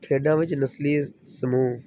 ਖੇਡਾਂ ਵਿੱਚ ਨਸਲੀ ਸਮੂਹ